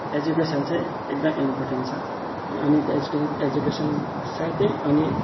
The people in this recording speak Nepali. एजुकेसन चाहिँ एकदम इम्पोर्टेन्ट छ अनि त्यो एजुकेसन एजुकेसन साथै अनि